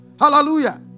Hallelujah